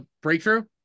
breakthrough